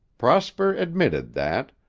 prosper admitted, that,